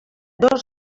dos